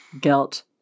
guilt